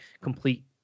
complete